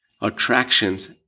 attractions